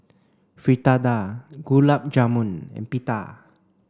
Fritada Gulab Jamun and Pita